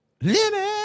Limit